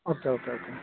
okay okay okay